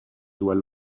doit